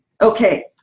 Okay